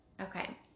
Okay